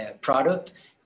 product